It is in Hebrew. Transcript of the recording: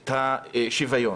את השוויון.